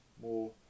more